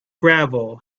gravel